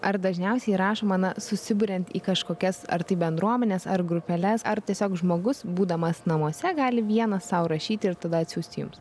ar dažniausiai rašoma na susiburiant į kažkokias ar tai bendruomenes ar grupeles ar tiesiog žmogus būdamas namuose gali vienas sau rašyti ir tada atsiųst jums